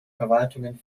verwaltungen